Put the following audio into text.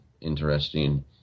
interesting